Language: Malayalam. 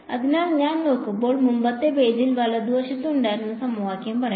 അതിനാൽ ഞാൻ നോക്കുമ്പോൾ മുമ്പത്തെ പേജിൽ വലതുവശത്ത് ഉണ്ടായിരുന്ന സമവാക്യം പറയാം